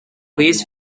please